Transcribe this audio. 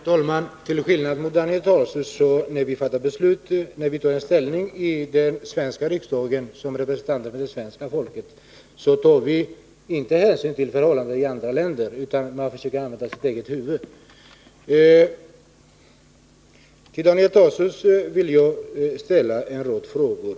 Herr talman! När vi tar ställning i den svenska riksdagen som representanter för det svenska folket så tar vi — till skillnad från Daniel Tarschys — inte hänsyn till förhållandena i andra länder. Man försöker använda sitt eget huvud. Till Daniel Tarschys vill jag ställa ett par frågor.